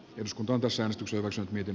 jos kaada seos tukevansa miten